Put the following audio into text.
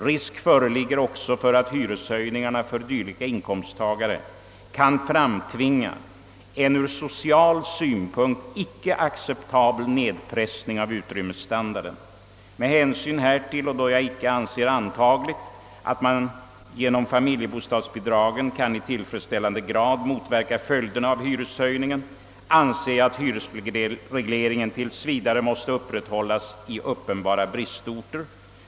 Risk föreligger också för att hyreshöjningarna för dylika inkomsttagare kan framtvinga en ur social synpunkt icke acceptabel nedpressning av utrymmesstandarden. Med hänsyn härtill och då jag icke anser antagligt att man genom familjebostadsbidragen kan i tillfredsställande grad motverka följderna av hyreshöjningen anser jag att hyresregleringen tills vidare måste upprätthållas i uppenbara bristorter.